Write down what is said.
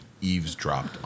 eavesdropped